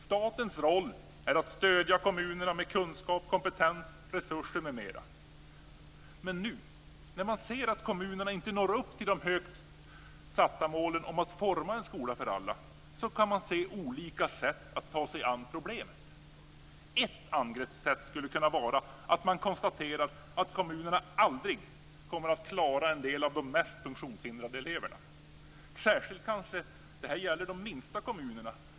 Statens roll är att stödja kommunerna med kunskap, kompetens, resurser m.m. Men nu, när man ser att kommunerna inte når upp till de högt satta målen om att forma en skola för alla kan man se olika sätt att ta sig an problemet. Ett angreppssätt skulle kunna vara att man konstaterar att kommunerna aldrig kommer att klara av en del av de mest funktionshindrade eleverna. Det gäller kanske särskilt de minsta kommunerna.